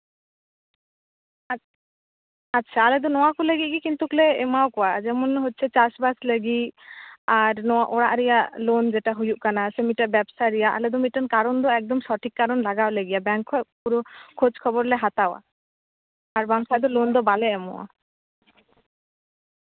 ᱟᱪᱪᱷᱟ ᱟᱞᱮ ᱫᱚ ᱱᱚᱣᱟ ᱠᱚ ᱞᱟᱹᱜᱤᱫ ᱜᱮ ᱠᱤᱱᱛᱩ ᱞᱮ ᱮᱢᱟᱣᱟᱠᱚᱣᱟ ᱡᱮᱢᱚᱱ ᱦᱚᱪᱪᱷᱮ ᱪᱟᱥᱵᱟᱥ ᱞᱟᱹᱜᱤᱫ ᱟᱨ ᱱᱚᱣᱟ ᱚᱲᱟᱜ ᱨᱮᱭᱟᱜ ᱞᱳᱱ ᱡᱮᱴᱟ ᱦᱩᱭᱩᱜ ᱠᱟᱱᱟ ᱥᱮ ᱵᱮᱵᱥᱟ ᱨᱮᱭᱟᱜ ᱟᱞᱮ ᱫᱚ ᱢᱤᱫᱴᱮᱱ ᱠᱟᱨᱚᱱ ᱫᱚ ᱮᱠᱫᱚᱢ ᱥᱚᱴᱷᱤᱠ ᱠᱟᱨᱚᱱ ᱞᱟᱜᱟᱣ ᱞᱮᱜᱮᱭᱟ ᱵᱮᱝᱠ ᱠᱷᱚᱱ ᱯᱩᱨᱳ ᱠᱷᱚᱡ ᱠᱷᱚᱵᱚᱨ ᱞᱮ ᱦᱟᱛᱟᱣᱟ ᱟᱨ ᱵᱟᱝᱠᱷᱟᱡ ᱫᱚ ᱞᱳᱱ ᱫᱚ ᱵᱟᱞᱮ ᱮᱢᱚᱜᱼᱟ